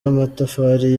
amatafari